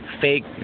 fake